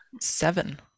Seven